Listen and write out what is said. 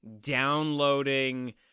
downloading